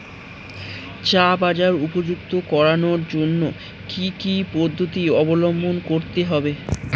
চা বাজার উপযুক্ত করানোর জন্য কি কি পদ্ধতি অবলম্বন করতে হয়?